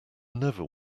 never